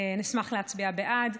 אני אשמח להצביע בעד.